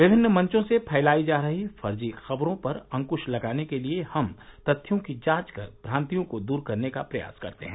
विभिन्न मंचों से फैलाई जा रहीं फर्जी खबरों पर अंकुश लगाने के लिए हम तथ्यों की जांच कर भ्रान्तियों को दूर करने का प्रयास करते हैं